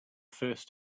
first